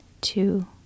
two